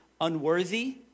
unworthy